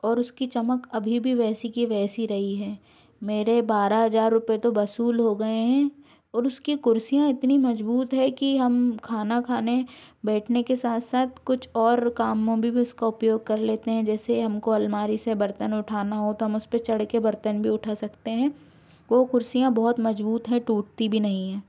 और उसकी चमक अभी भी वैसी की वैसी रही है मेरे बारह हजार रुपए तो वसूल हो गए हैं और उसकी कुर्सीयाँ इतनी मजबूत है कि हम खाना खाने बैठने के साथ साथ कुछ और कामों में भी उसका उपयोग कर लेते हैं जैसे हमको अलमारी से बर्तन उठाना हो तो हम उसपे चढ़ के बर्तन भी उठा सकते हैं वो कुर्सीयाँ बहुत मजबूत हैं टूटती भी नहीं हैं